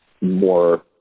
more